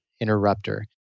interrupter